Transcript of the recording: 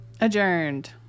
Adjourned